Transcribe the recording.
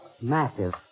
massive